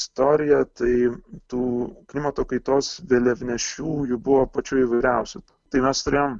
istoriją tai tų klimato kaitos vėliavnešių jų buvo pačių įvairiausių tai mes turėjom